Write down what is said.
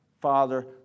Father